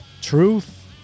Truth